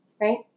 right